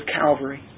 Calvary